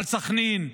על סח'נין,